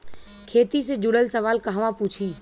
खेती से जुड़ल सवाल कहवा पूछी?